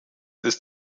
ist